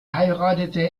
heiratete